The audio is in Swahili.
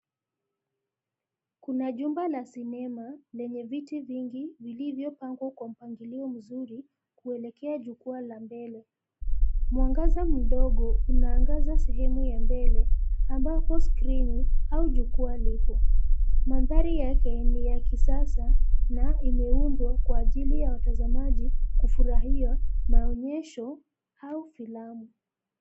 Kuna jumba la sinema lenye viti vingi vilivyopangwa kwa mpangilio mzuri, kuelekea jukwaa la mbele. Mwangaza mdogo unaangaza sehemu ya mbele ambapo skrini au jukwaa lipo. Mandhari yake ni ya kisasa na imeundwa kwa ajili ya watazamaji kufurahia maonyesho au filamu.